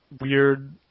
weird